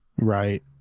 right